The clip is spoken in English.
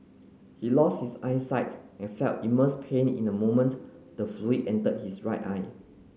he lost his eyesight and felt immense pain in the moment the fluid entered his right eye